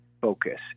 focus